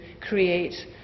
create